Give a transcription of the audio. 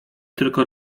tylko